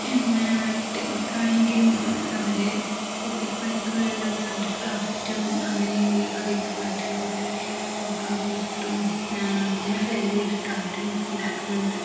എന്താണ് കുട്ടികൾക്കാണെങ്കിലും അവരെ പോക്കറ്റ് മണിക്കു വേണ്ടത് അവര് ക്രാഫ്റ്റും അങ്ങനെ ഇങ്ങനെ അതിന്റർനെറ്റിലൂടെ ഫോട്ടോ ചെയ്തിട്ടും അങ്ങനെ സെല് ചെയ്തിട്ട് അവരും ഇണ്ടാക്കുന്നുണ്ട്